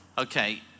Okay